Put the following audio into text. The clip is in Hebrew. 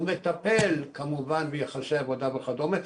הוא מטפל כמובן ביחסי עבודה וכדומה,